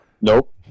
Nope